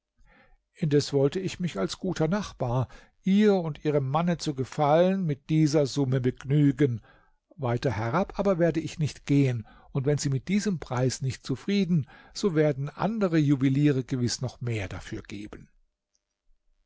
indes wolle ich mich als guter nachbar ihr und ihrem manne zu gefallen mit dieser summe begnügen weiter herab aber werde ich nicht gehen und wenn sie mit diesem preis nicht zufrieden so werden andere juweliere gewiß noch mehr dafür geben